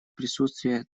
присутствие